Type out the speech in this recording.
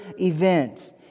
event